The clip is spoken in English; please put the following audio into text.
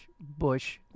bush